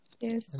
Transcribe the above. yes